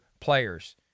players